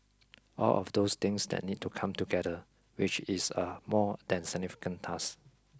all of those things that need to come together which is a more than significant task